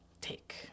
take